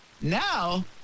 Now